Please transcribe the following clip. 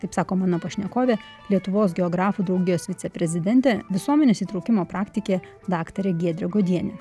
taip sako mano pašnekovė lietuvos geografų draugijos viceprezidentė visuomenės įtraukimo praktikė daktarė giedrė godienė